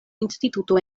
instituto